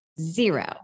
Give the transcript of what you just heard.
zero